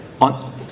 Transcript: on